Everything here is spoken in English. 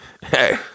Hey